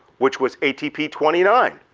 which was atp twenty nine,